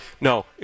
No